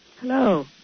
Hello